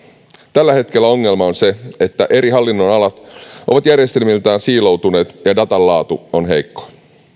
tällä hetkellä ongelma on se että eri hallinnon alat ovat järjestelmiltään siiloutuneet ja datan laatu on heikkoa